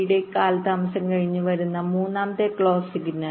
1T കാലതാമസം കഴിഞ്ഞ് വരുന്ന മൂന്നാമത്തെ ക്ലോക്ക് സിഗ്നൽ